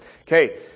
Okay